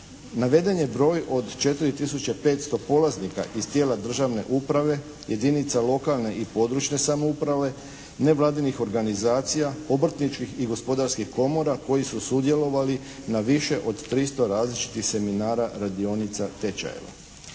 Naveden je broj od 4 tisuće 500 polaznika iz tijela državne uprave, jedinica lokalne i područne samouprave, nevladinih organizacija, obrtničkih i gospodarskih komora koji su sudjelovali na više od 300 različitih seminara, radionica, tečajeva.